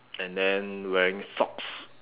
and then wearing socks